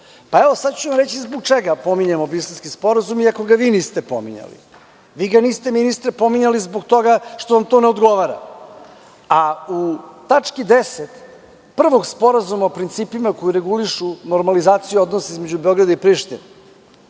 Sada ću vam reči zbog čega pominjemo sporazum iako ga vi niste pominjali. Vi ga ministre niste pominjali zbog toga što vam to ne odgovara, a u tački 10. prvog Sporazuma o principima koji regulišu normalizaciju odnosa između Beograda i Prištine